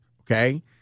Okay